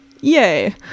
yay